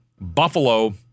Buffalo